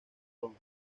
bond